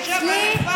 אצלי כן.